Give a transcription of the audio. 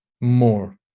more